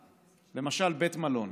למשל בית מלון